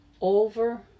over